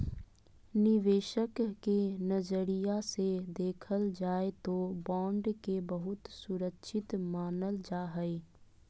निवेशक के नजरिया से देखल जाय तौ बॉन्ड के बहुत सुरक्षित मानल जा हइ